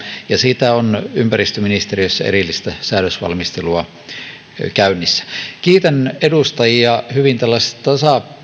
ja siitä on ympäristöministeriössä erillistä säädösvalmistelua käynnissä kiitän edustajia hyvin tällaisesta